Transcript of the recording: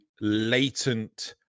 latent